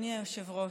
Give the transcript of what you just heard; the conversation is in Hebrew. אדוני היושב-ראש.